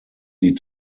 die